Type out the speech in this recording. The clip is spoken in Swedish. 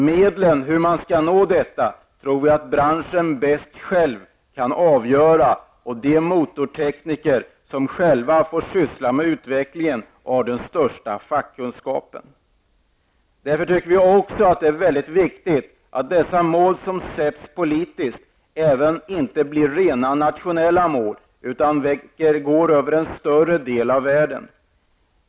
Medlen för hur man skall kunna uppnå detta tror jag att branschen bäst själv kan finna. De motortekniker som själva får syssla med utvecklingen har den största fackkunskapen. Därför tycker vi också att det är väldigt viktigt att dessa mål som sätts upp politiskt inte bara blir nationella utan spänner över en större del av världen.